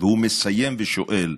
והוא מסיים ושואל: